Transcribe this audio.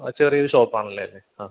ആ ചെറിയ ഒരു ഷോപ്പാണ് അല്ലേ അത് ആ